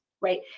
right